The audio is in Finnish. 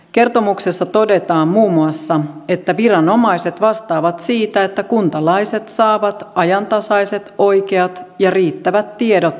kertomuksessa todetaan muun muassa että viranomaiset vastaavat siitä että kuntalaiset saavat ajantasaiset oikeat ja riittävät tiedot palveluista